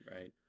Right